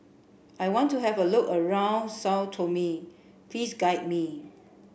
I want to have a look around Sao Tome please guide me